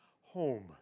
home